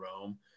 Rome